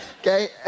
okay